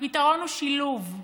הפתרון הוא שילוב.